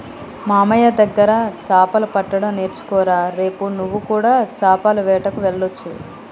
మామయ్య దగ్గర చాపలు పట్టడం నేర్చుకోరా రేపు నువ్వు కూడా చాపల వేటకు వెళ్లొచ్చు